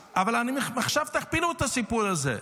עכשיו תכפילו את הסיפור הזה.